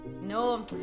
No